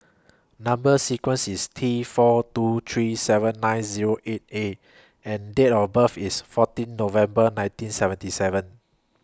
Number sequence IS T four two three seven nine Zero eight A and Date of birth IS fourteen November nineteen seventy seven